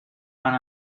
van